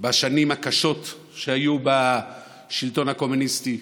בשנים הקשות שהיו בשלטון הקומוניסטי,